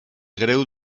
greu